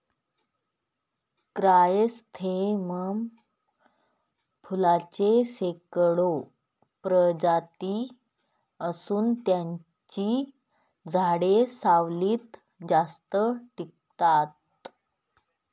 chrysanthemum फुलांच्या शेकडो प्रजाती असून त्यांची झाडे सावलीत जास्त टिकतात